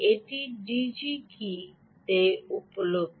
এটি ডিজি কীতে উপলব্ধ